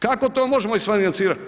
Kako to možemo isfinancirati?